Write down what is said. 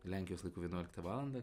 lenkijos laiku vienuoliktą valandą